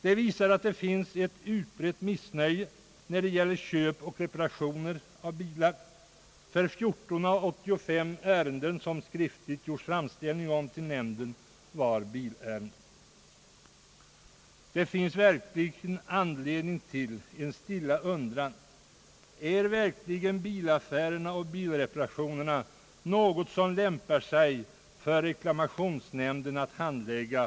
Det visar att det råder ett utbrett missnöje när det gäller köp och reparationer av bilar. Av 85 ärenden, i vilka gjorts skriftlig framställning till nämnden, var nämligen 14 bilärenden. Det finns verkligen här anledning till en stilla undran om bilaffärerna och bilreparationerna är någonting som lämpar sig för reklamationsnämnden att handlägga.